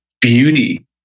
beauty